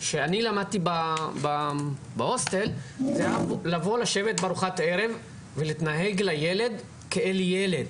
שאני למדתי בהוסטל זה לבוא לשבת בארוחת ערב ולהתנהג לילד כאל ילד.